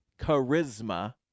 charisma